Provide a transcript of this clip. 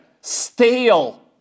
stale